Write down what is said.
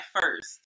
first